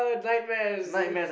nightmares